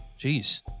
Jeez